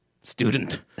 student